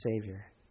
Savior